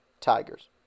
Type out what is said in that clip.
Tigers